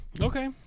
Okay